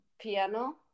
piano